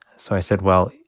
so i said, well,